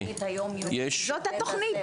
זאת התוכנית,